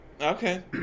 Okay